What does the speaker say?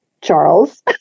Charles